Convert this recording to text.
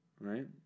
Right